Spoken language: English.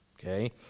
okay